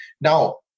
Now